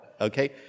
Okay